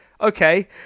okay